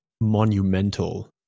monumental